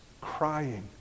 crying